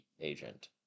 agent